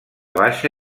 baixa